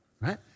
right